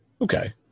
Okay